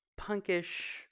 punkish